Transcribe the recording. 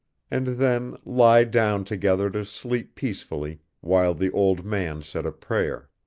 and then lie down together to sleep peacefully while the old man said a prayer.